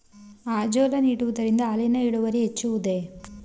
Azolla ನೀಡುವುದರಿಂದ ಹಾಲಿನ ಇಳುವರಿ ಹೆಚ್ಚುವುದೇ?